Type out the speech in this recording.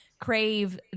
crave